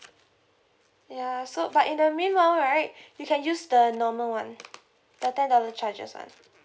ya so but in the meanwhile right you can use the normal one the ten dollar [one]